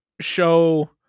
show